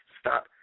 stop